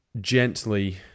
gently